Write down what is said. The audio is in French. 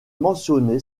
mentionné